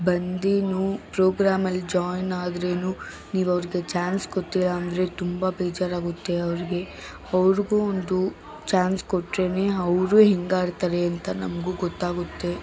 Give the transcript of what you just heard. ಬಂದರೂ ಪ್ರೋಗ್ರಾಮಲ್ಲಿ ಜಾಯ್ನ್ ಆದ್ರೆಯೂ ನೀವು ಅವ್ರಿಗೆ ಚಾನ್ಸ್ ಕೊಟ್ಟಿಲ್ಲಾಂದ್ರೆ ತುಂಬ ಬೇಜಾರಾಗುತ್ತೆ ಅವ್ರಿಗೆ ಅವ್ರಿಗೂ ಒಂದು ಚಾನ್ಸ್ ಕೊಟ್ರೆಯೇ ಅವರು ಹೆಂಗೆ ಆಡ್ತಾರೆ ಅಂತ ನಮಗೂ ಗೊತ್ತಾಗುತ್ತೆ